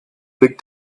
big